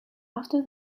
after